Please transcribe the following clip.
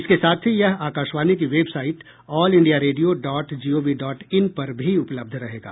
इसके साथ ही यह आकाशवाणी की website all India radio dot gov dot in पर भी उपलब्ध रहेगा